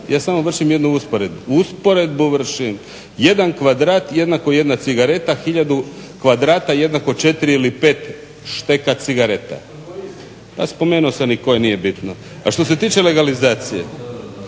ja samo vršim jednu usporedbu. Usporedbu vršim jedan kvadrat jednako jedna cigareta, hiljadu kvadrata jednako 4 ili 5 šteka cigareta. A spomenuo sam koje nije ni bitno. A što se tiče legalizacije,